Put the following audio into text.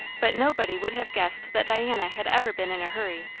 but nobody would have guessed that diana had ever been in a hurry,